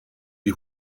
die